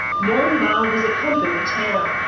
moranbah was a company town.